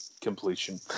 completion